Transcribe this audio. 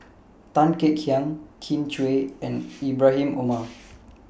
Tan Kek Hiang Kin Chui and Ibrahim Omar